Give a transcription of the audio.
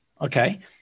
Okay